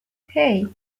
hey